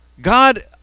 God